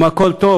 אם הכול טוב,